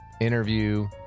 interview